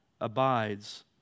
abides